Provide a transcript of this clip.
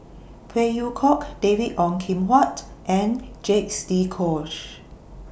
Phey Yew Kok David Ong Kim Huat and Jacques De Coutre